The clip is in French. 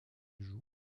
joue